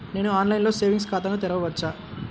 నేను ఆన్లైన్లో సేవింగ్స్ ఖాతాను తెరవవచ్చా?